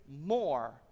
more